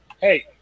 Hey